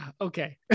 okay